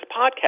podcast